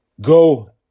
Go